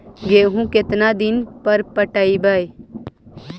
गेहूं केतना दिन पर पटइबै?